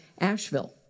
Asheville